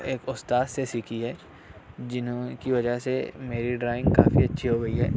ایک استاد سے سیکھی ہے جنہوں کی وجہ سے میری ڈرائنگ کافی اچھی ہو گئی ہے